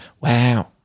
wow